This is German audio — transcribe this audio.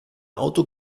auto